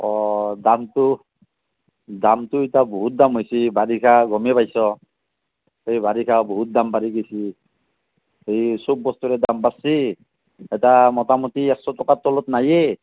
দামটো দামটো এতিয়া বহুত দাম হৈছি বাৰিষা গমেই পাইছ এই বাৰিষা বহুত দাম বাঢ়ি গৈছি এই চব বস্তুৰে দাম বাঢ়ছি এতিয়া মোটামুটি একশ টকাৰ তলত নায়েই